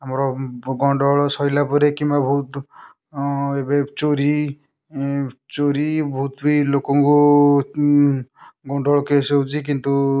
ଆମର ଗଣ୍ଡଗୋଳ ସରିଲା ପରେ କିମ୍ବା ବହୁତ ଏବେ ଚୋରି ଚୋରି ବହୁତ ବି ଲୋକଙ୍କୁ ଗଣ୍ଡଗୋଳ କେସ୍ ହେଉଛି କିନ୍ତୁ